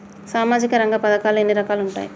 సామాజిక రంగ పథకాలు ఎన్ని రకాలుగా ఉంటాయి?